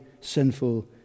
sinful